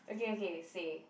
okay okay say